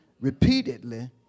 repeatedly